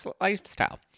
lifestyle